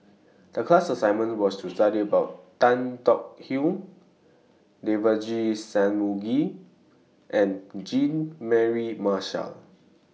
The class assignment was to study about Tan Tong Hye Devagi Sanmugam and Jean Mary Marshall